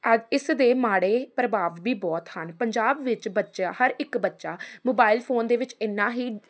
ਅੱ ਇਸ ਦੇ ਮਾੜੇ ਪ੍ਰਭਾਵ ਵੀ ਬਹੁਤ ਹਨ ਪੰਜਾਬ ਵਿੱਚ ਬੱਚਾ ਹਰ ਇੱਕ ਬੱਚਾ ਮੋਬਾਇਲ ਫੋਨ ਦੇ ਵਿੱਚ ਇੰਨਾ ਹੀ